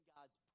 God's